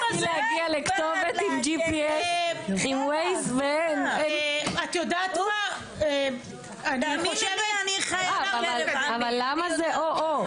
--- את יודעת מה -- אבל למה זה "או, או"?